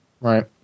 Right